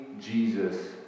Jesus